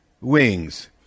wings